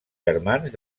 germans